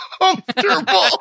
uncomfortable